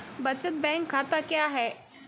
बचत बैंक खाता क्या है?